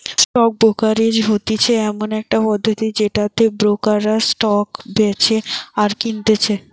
stock brokerage হতিছে এমন একটা পদ্ধতি যেটাতে ব্রোকাররা স্টক বেচে আর কিনতেছে